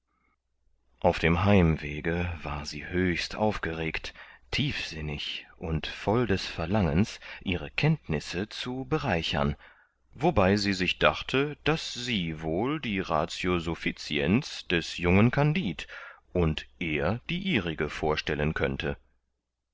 auf dem heimwege war sie höchst aufgeregt tiefsinnig und voll des verlangens ihre kenntnisse zu bereichern wobei sie sich dachte daß sie wohl die ratio sufficiens des jungen kandid und er die ihrige vorstellen könnte